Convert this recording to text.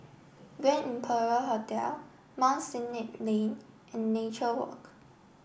Grand Imperial Hotel Mount Sinai Lane and Nature Walk